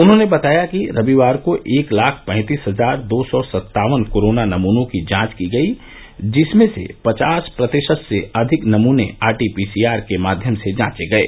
उन्होंने बताया कि रविवार को एक लाख पैंतीस हजार दो सौ सत्तावन कोरोना नमूनों की जांच की गई जिसमें से पचास प्रतिशत से अधिक नमूने आरटीपीसीआर के माध्यम से जांचे गये